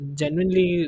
genuinely